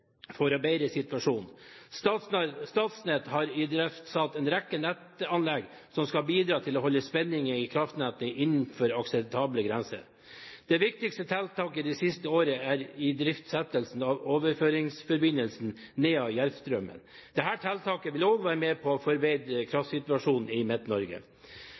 idriftsatt en rekke nettanlegg som skal bidra til å holde spenningen i kraftnettet innenfor akseptable grenser . Det viktigste tiltaket i det siste året er idriftsettelsen av overføringsforbindelsen Nea – Järpstrømmen. Dette tiltaket for å bedre kraftsituasjonen i